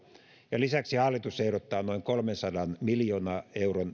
ja lisäksi hallitus ehdottaa noin kolmensadan miljoonan euron